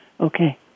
Okay